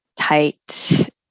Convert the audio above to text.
tight